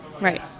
Right